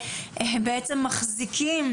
שבעצם מחזיקים,